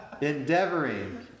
endeavoring